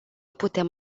putem